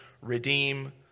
redeem